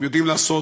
הם יודעים לעשות